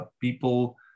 people